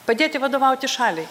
padėti vadovauti šaliai